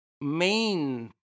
main